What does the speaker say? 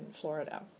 Florida